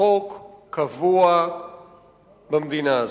לחוק קבוע במדינה הזאת.